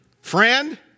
Friend